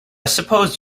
suppose